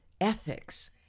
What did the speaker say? ethics